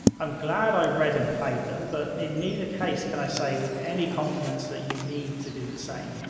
um glad that i read and played them, but in neither case can i say with any confidence that you need to do the same.